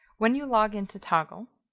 when you log in to toggl.